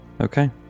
Okay